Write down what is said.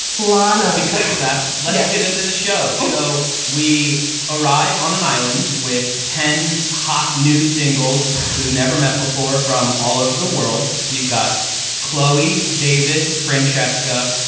lonna because of that. let's get into the show. so we arrive on an island with ten hot new singles who've never met before from all over the world we've got chloe, david francheska,